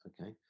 okay